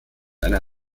einer